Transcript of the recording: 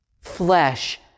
Flesh